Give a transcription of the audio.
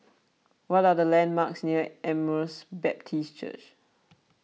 what are the landmarks near Emmaus Baptist Church